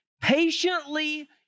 patiently